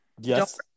yes